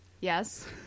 Yes